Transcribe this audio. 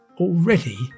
already